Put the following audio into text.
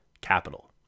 Capital